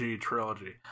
trilogy